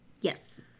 Yes